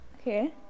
Okay